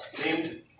named